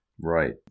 right